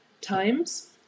times